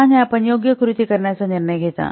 आणि आपण योग्य कृती करण्याचा निर्णय घेता